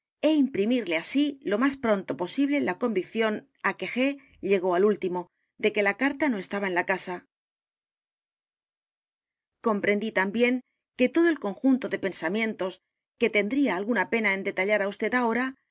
é imprimirle así lo más pronto posible la convicción á que g llegó al último de que la carta no estaba en la casa comprendí también que todo el conjunto de pensamientos que tendría alguna pena en detallar á vd ahora